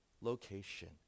location